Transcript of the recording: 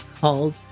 called